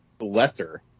lesser